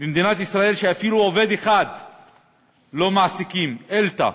במדינת ישראל שאפילו עובד אחד לא מעסיקות: ב"אלתא"